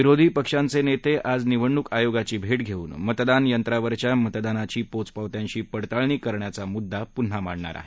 विरोधी पक्षांचे नेते आज निवडणूक आयोगाची भे धेऊन मतदान यंत्रावरच्या मतदानाची पोचपावत्यांशी पडताळणी करण्याचा मुद्दा मांडणार आहेत